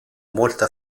molto